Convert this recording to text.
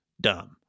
dumb